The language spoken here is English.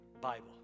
Bible